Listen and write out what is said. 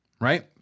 right